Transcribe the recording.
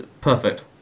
Perfect